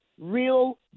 Real